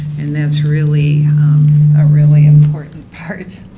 and that's really a really important part